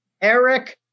Eric